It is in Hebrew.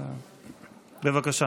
בבקשה.